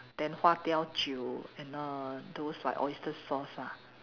then 花雕酒 you know those like oyster sauce lah